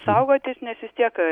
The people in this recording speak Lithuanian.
saugotis nes vis tiek